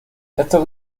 estos